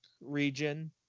region